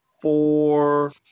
four